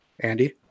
Andy